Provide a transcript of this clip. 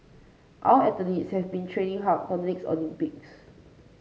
our athletes have been training hard for the next Olympics